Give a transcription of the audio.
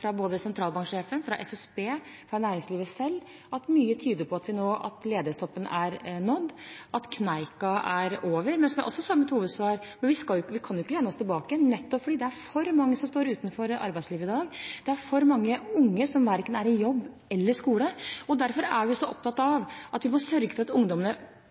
fra både sentralbanksjefen, SSB og næringslivet selv at mye tyder på at ledighetstoppen nå er nådd, at kneika er over. Men som jeg også sa i mitt hovedsvar, kan vi ikke lene oss tilbake, nettopp fordi det er for mange som står utenfor arbeidslivet i dag. Det er for mange unge som verken er i jobb eller på skole. Derfor er vi så opptatt av at vi må sørge for at ungdommene